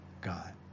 God